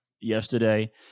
yesterday